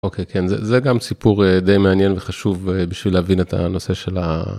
אוקיי, כן, זה גם סיפור די מעניין וחשוב בשביל להבין את הנושא של ה...